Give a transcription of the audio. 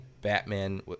Batman